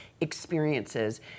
experiences